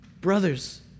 Brothers